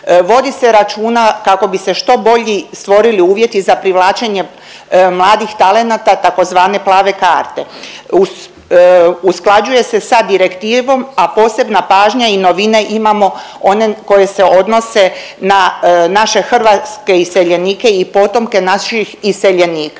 vodi se računa kako bi se što bolji stvorili uvjeti za privlačenje mladih talenata tzv. plave karte, usklađuje se sa direktivom, a posebna pažnja i novine imamo one koje se odnose na naše hrvatske iseljenike i potomke naših iseljenika.